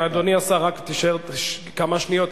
אדוני השר, רק תישאר כמה שניות.